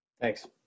Thanks